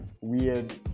weird